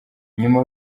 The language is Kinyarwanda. nyuma